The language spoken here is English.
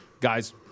guys